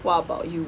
what about you